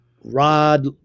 Rod